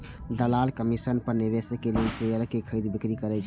दलाल कमीशन पर निवेशक लेल शेयरक खरीद, बिक्री करै छै